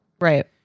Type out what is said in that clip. Right